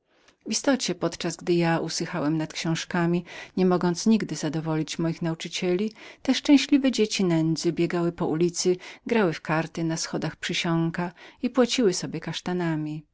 istocie podczas gdy ja usychałem nad książkami niemogąc nigdy zadowolić moich nauczycieli te szczęśliwe dzieci nędzy biegały po ulicy grały w karty na schodach przysionku i płaciły sobie kasztanami